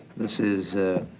this is, ah,